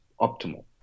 optimal